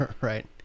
right